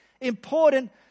important